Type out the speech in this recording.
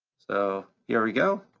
so here we go.